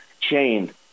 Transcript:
chained